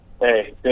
Hey